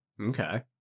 Okay